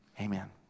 Amen